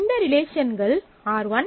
இந்த ரிலேஷன்கள் R1 R2